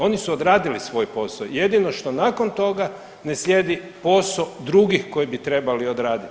Oni su odradili svoj posao, jedino što nakon toga ne slijedi posao drugih koji bi trebali odraditi.